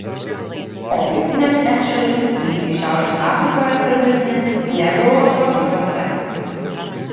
o pietinėms es šalims įvykiai šiaurės afrikoje svarbesni negu europos rytuose